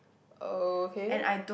okay